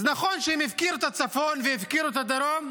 אז נכון שהם הפקירו את הצפון והפקירו את הדרום,